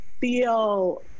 feel